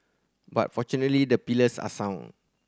but fortunately the pillars are sound